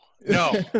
No